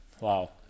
Wow